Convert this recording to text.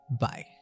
Bye